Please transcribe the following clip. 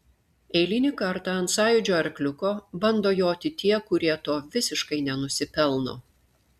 eilinį kartą ant sąjūdžio arkliuko bando joti tie kurie to visiškai nenusipelno